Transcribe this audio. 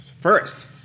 First